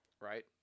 Right